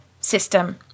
system